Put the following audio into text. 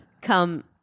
come